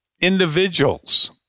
individuals